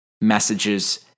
messages